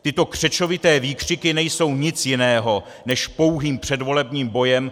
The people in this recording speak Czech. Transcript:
Tyto křečovité výkřiky nejsou nic jiného než pouhý předvolební boj!